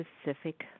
specific